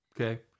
Okay